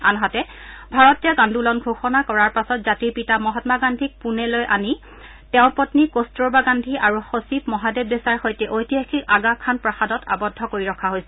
আনহাতে ভাৰত ত্যাগ আন্দোলন ঘোষণা কৰাৰ পাছত জাতিৰ পিতা মহাম্মা গান্ধীক পুণেলৈ আনি তেওঁৰ পন্নী কস্তৰবা গান্ধী আৰু সচিব মহাদেৱ দেশাইৰ সৈতে ঐতিহাসিক আগা খান প্ৰাসাদত আবদ্ধ কৰি ৰখা হৈছিল